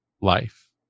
life